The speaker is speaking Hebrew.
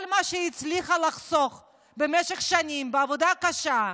כל מה שהיא הצליחה לחסוך במשך שנים בעבודה קשה.